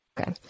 Okay